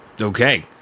Okay